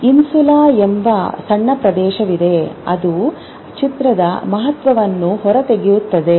insula ಎಂಬ ಸಣ್ಣ ಪ್ರದೇಶವಿದೆ ಅದು ಚಿತ್ರದ ಮಹತ್ವವನ್ನು ಹೊರತೆಗೆಯುತ್ತದೆ